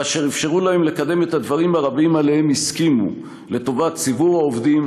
אשר אפשרו להם לקדם את הדברים הרבים שעליהם הסכימו לטובת ציבור העובדים,